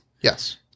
Yes